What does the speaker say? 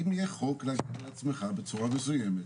אם יהיה חוק אתה תדאג לעצמך בצורה מסוימת,